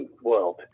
world